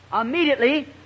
Immediately